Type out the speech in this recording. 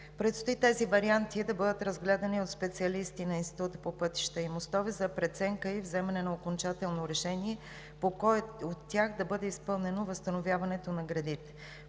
Предстои тези варианти да бъдат разгледани от специалисти на Института по пътища и мостове за преценка и вземане на окончателно решение по кой от тях да бъде изпълнено възстановяването на гредите.